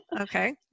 Okay